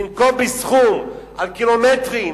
לנקוב בסכום על קילומטרים,